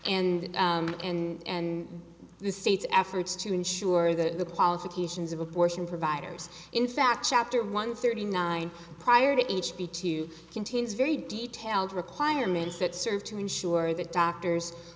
and and the state's efforts to ensure that the qualifications of abortion providers in fact chapter one thirty nine prior to h b two contains very detailed requirements that serve to ensure that doctors